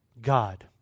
God